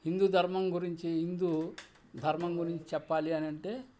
హిందూ ధర్మం గురించి హిందూ ధర్మం గురించి చెప్పాలి అనంటే